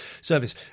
Service